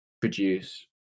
produce